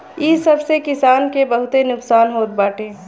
इ सब से किसान के बहुते नुकसान होत बाटे